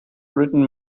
written